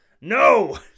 No